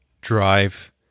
drive